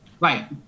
Right